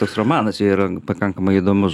toks romanas jo yra pakankamai įdomus